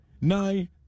nine